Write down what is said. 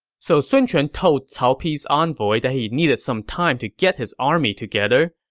so sun quan told cao pi's envoy that he needed some time to get his army together,